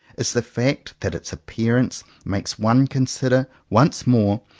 is the fact that its appearance makes one consider once more,